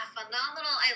Phenomenal